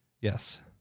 Yes